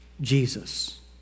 Jesus